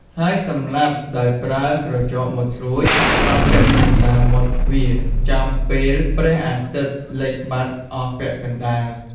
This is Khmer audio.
ហើយសម្លាប់ដោយប្រើក្រចកមុតស្រួច ត្រង់ពាក់កណ្តាលមាត់ទ្វារចំពេលព្រះអាទិត្យលិចបាត់អស់ពាក់កណ្តាល។